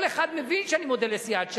כל אחד מבין שאני מודה לסיעת ש"ס.